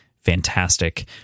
fantastic